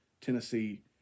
Tennessee